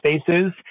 spaces